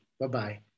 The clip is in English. Bye-bye